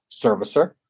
servicer